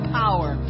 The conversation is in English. power